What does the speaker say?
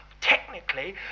technically